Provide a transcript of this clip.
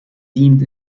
deemed